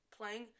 playing